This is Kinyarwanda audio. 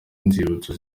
inzibutso